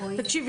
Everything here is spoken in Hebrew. תקשיב,